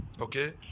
okay